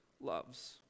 loves